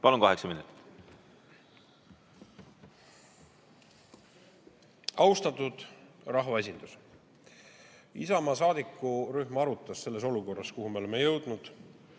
Palun, kaheksa minutit! Austatud rahvaesindus! Isamaa saadikurühm arutas selles olukorras, kuhu me oleme jõudnud,